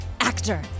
actor